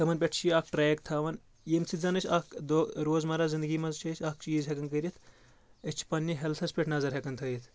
تِمَن پؠٹھ چھِ یہِ اکھ ٹریک تھاوان ییٚمہِ سۭتۍ زَن أسۍ اکھ دۄہ روزمَرا زِندگی منٛز چھِ أسۍ اکھ چیٖز ہؠکان کٔرِتھ أسۍ چھِ پننہِ ہیلتَھس پؠٹھ نَظَر ہؠکان تھٲیِتھ